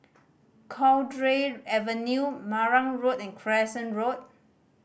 Cowdray Avenue Marang Road and Crescent Road